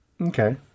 Okay